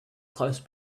close